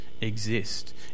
Exist